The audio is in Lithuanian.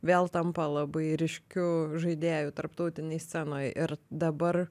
vėl tampa labai ryškiu žaidėju tarptautinėj scenoj ir dabar